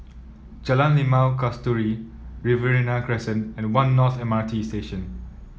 Jalan Limau Kasturi Riverina Crescent and One North M R T Station